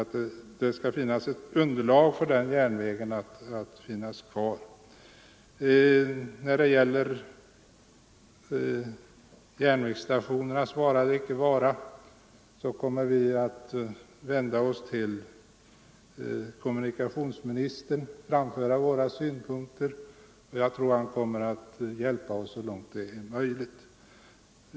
I fråga om järnvägsstationernas vara eller icke vara kommer vi att vända oss till kommunikationsministern och framföra våra synpunkter, och jag tror att han kommer att hjälpa oss så långt det är möjligt.